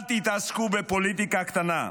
אל תתעסקו בפוליטיקה קטנה.